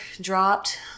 dropped